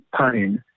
pain